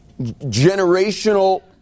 generational